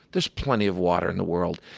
there's plenty of water in the world.